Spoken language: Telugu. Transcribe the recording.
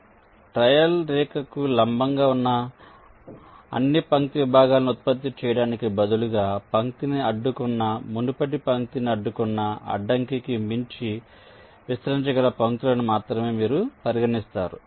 కాబట్టి ట్రయల్ రేఖకు లంబంగా ఉన్న అన్ని పంక్తి విభాగాలను ఉత్పత్తి చేయడానికి బదులుగా పంక్తిని అడ్డుకున్న మునుపటి పంక్తిని అడ్డుకున్న అడ్డంకికి మించి విస్తరించగల పంక్తులను మాత్రమే మీరు పరిగణిస్తారు